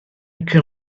can